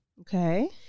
Okay